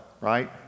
Right